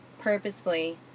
purposefully